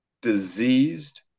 diseased